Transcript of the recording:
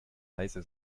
leise